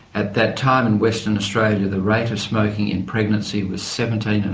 at that time in western australia the rate of smoking in pregnancy was seventeen.